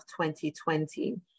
2020